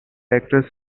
actress